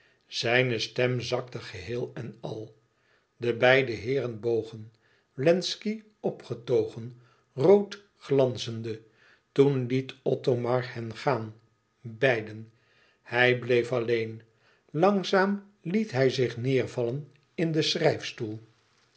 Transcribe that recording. zijne stem zakte geheel en al de beide heeren bogen wlenzci opgetogen rood glanzende toen liet othomar hen gaan beiden hij bleef alleen langzaam liet hij zich neêrvallen in den schrijfstoel